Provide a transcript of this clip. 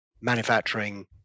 Manufacturing